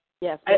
Yes